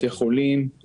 בתי חולים,